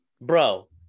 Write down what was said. Bro